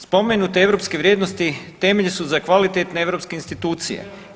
Spomenute europske vrijednosti temelj su za kvalitetne europske institucije.